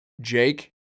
Jake